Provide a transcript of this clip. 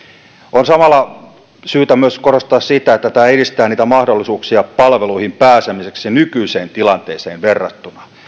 on samalla syytä myös korostaa sitä että tämä edistää niitä mahdollisuuksia palveluihin pääsemiseksi nykyiseen tilanteeseen verrattuna